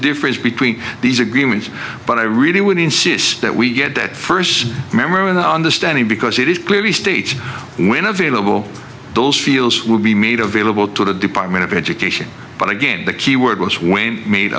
difference between these agreements but i really would insist that we get that first memory and understanding because it is clearly state when available those fields will be made available to the department of education but again the key word was